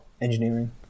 engineering